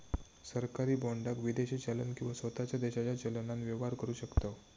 सरकारी बाँडाक विदेशी चलन किंवा स्वताच्या देशाच्या चलनान व्यवहार करु शकतव